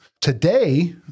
Today